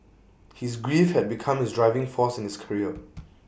his grief had become his driving force in his career